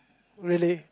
really